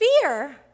Fear